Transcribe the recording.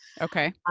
Okay